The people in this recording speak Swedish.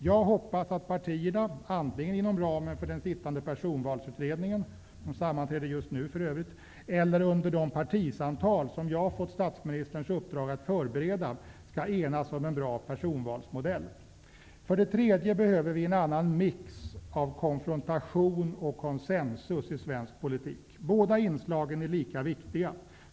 Jag hoppas att partierna, antingen inom ramen för den sittande personvalsutredningen -- de sammanträder för övrigt just nu -- eller under de partisamtal som jag har fått statsministerns uppdrag att förbereda, skall enas om en bra personvalsmodell. För det tredje behöver vi en annan mix av konfrontation och konsensus i svensk politik. Båda inslagen är lika viktiga.